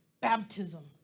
baptism